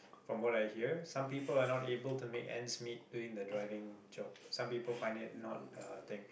from what I hear some people are not able to make ends meet doing the driving job some people find it not a thing